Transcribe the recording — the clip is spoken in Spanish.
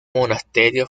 monasterio